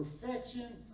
perfection